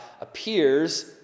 appears